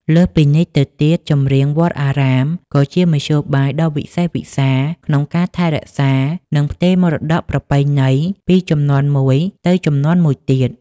លើសពីនេះទៅទៀត ចម្រៀងវត្តអារាមក៏ជាមធ្យោបាយដ៏វិសេសវិសាលក្នុងការថែរក្សា និងផ្ទេរមរតកប្រពៃណីពីជំនាន់មួយទៅជំនាន់មួយទៀត។